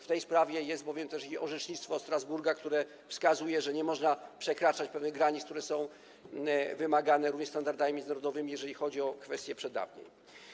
W tej sprawie jest bowiem i orzecznictwo ze Strasburga, które wskazuje, że nie można przekraczać pewnych granic, które są wymagane również w związku ze standardami międzynarodowymi, jeżeli chodzi o kwestie przedawnień.